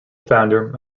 founder